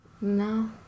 No